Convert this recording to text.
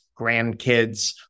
grandkids